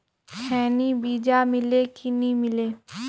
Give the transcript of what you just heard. खैनी बिजा मिले कि नी मिले?